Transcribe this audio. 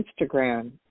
Instagram